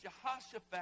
Jehoshaphat